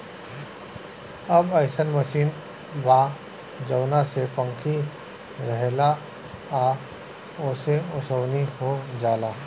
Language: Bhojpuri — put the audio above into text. अब अइसन मशीन बा जवना में पंखी रहेला आ ओसे ओसवनी हो जाला